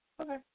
Okay